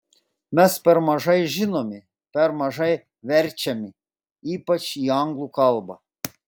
mes per mažai žinomi per mažai verčiami ypač į anglų kalbą